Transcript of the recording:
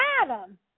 Adam